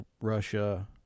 Russia